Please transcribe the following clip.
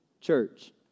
Church